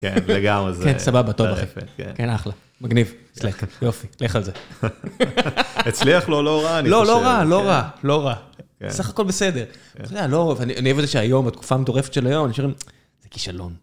כן, זה גם, אז... כן, סבבה, טוב, אחי. כן, אחלה, מגניב, סליחה, יופי, לך על זה. הצליח לו, לא רע. לא, לא רע, לא רע, לא רע, בסך הכל בסדר. לא, אני אוהב את זה שהיום, התקופה המטורפת של היום, אני חושב, זה כישלון.